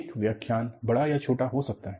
एक व्याख्यान बड़ा या छोटा हो सकता है